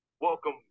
Welcome